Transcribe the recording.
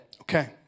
Okay